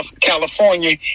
California